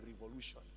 revolution